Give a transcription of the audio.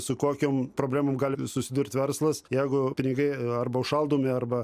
su kokiom problemom gali susidurt verslas jeigu pinigai arba užšaldomi arba